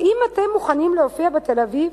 האם אתם מוכנים להופיע בתל-אביב